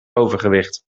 overgewicht